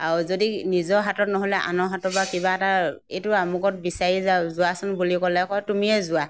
আৰু যদি নিজৰ হাতত নহ'লে আনৰ হাতৰ পৰা কিবা এটা এইটো আমুকত বিচাৰি যা যোৱাচোন বুলি ক'লে কয় তুমিয়ে যোৱা